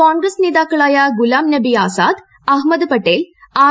കോൺഗ്രസ്സ് നേതാക്കളായ ഗുലാം നബി ആസാദ് അഹമ്മദ് പട്ടേൽ ആർ